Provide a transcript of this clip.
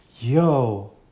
Yo